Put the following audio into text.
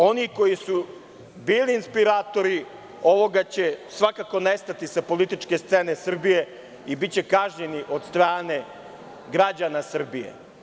Oni koji su bili inspiratori ovoga će svakako nestati sa političke scene Srbije i biće kažnjeni od strane građana Srbije.